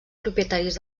propietaris